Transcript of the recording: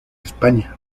españa